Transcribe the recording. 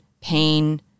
pain